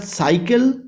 cycle